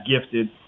gifted